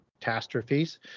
catastrophes